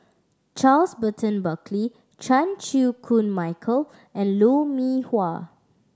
Charles Burton Buckley Chan Chew Koon Michael and Lou Mee Wah